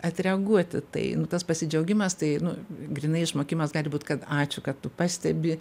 atreaguot į tai nu tas pasidžiaugimas tai nu grynai išmokimas gali būt kad ačiū kad tu pastebi